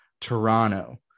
Toronto